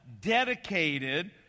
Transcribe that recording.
dedicated